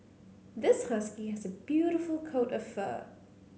this husky has a beautiful coat of fur